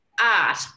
art